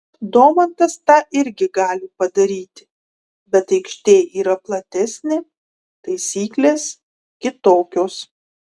domantas tą irgi gali padaryti bet aikštė yra platesnė taisyklės kitokios